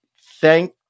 Thank